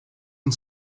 and